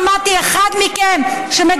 לא שמעתי אחד מכם, מי החברים שלי?